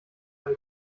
eine